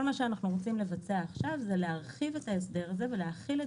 אנחנו רוצים עכשיו להרחיב את ההסדר הזה ולהחיל את